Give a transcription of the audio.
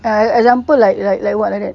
ah example like like like what like that